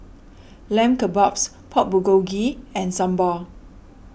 Lamb Kebabs Pork Bulgogi and Sambar